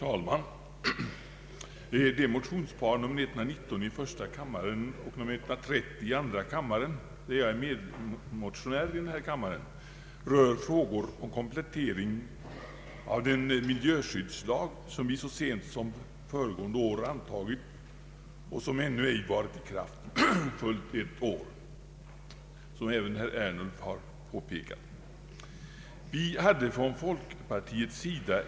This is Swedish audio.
Herr talman! Motionsparet I: 119 — där jag är medmotionär — och II: 130 rör frågor om komplettering av den miljöskyddslag, som vi så sent som föregående år antagit och som ännu inte varit i kraft fullt ett år.